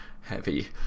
heavy